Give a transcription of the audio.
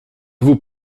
vous